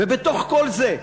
ובתוך כל זה,